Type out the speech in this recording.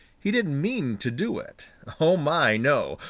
he didn't mean to do it. oh, my, no!